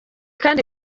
kandi